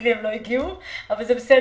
אצלי הם לא הגיעו אבל זה בסדר,